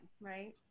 right